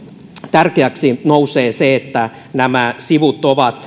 tärkeäksi nousee se että nämä sivut ovat